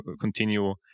continue